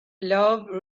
love